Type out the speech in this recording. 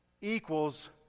equals